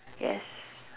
yes